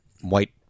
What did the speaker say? white